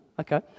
Okay